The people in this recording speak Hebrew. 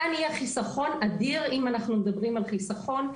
כאן יהיה חיסכון אדיר אם אנחנו מדברים על חיסכון.